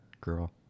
girl